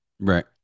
Right